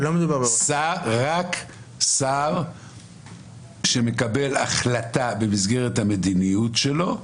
רק שר שמקבל החלטה במסגרת המדיניות שלו,